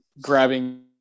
grabbing